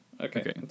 Okay